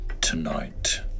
tonight